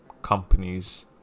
companies